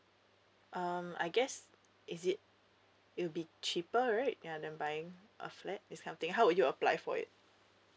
um I guess is it it'll be cheaper right ya than buying a flat this kind of thing how would you apply for it